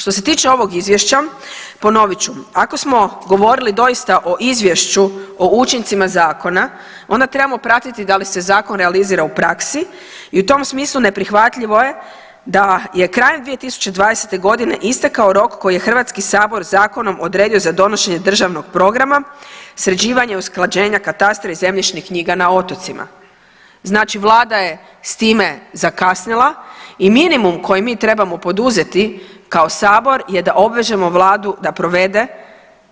Što se tiče ovog izvješća, ponovit ću, ako smo govorili doista o izvješću o učincima zakona onda trebamo pratiti da li se zakon realizira u praksi i u tom smislu neprihvatljivo je da je krajem 2020. godine istekao rok koji je Hrvatski sabor zakonom odredio za donošenje državnog programa sređivanja i usklađenja katastra i zemljišnih knjiga na otocima znači Vlada je s time zakasnila i minimum koji mi trebamo poduzeti kao sabor je da obvežemo Vladu da provede